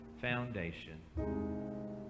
foundation